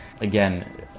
again